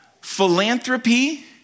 Philanthropy